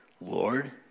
Lord